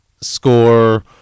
score